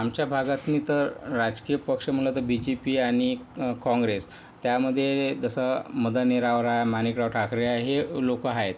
आमच्या भागातून तर राजकीय पक्ष म्हटलं तर बीजेपी आणि कॉँग्रेस त्यामध्ये जसं मदन एरावरा मानिकराव ठाकरे आहे हे लोक आहेत